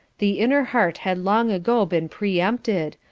the inner heart had long ago been pre-empted,